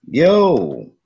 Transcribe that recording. Yo